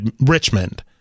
Richmond